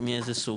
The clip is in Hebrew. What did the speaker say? מאיזה סוג?